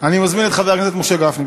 אני מזמין את חבר הכנסת משה גפני,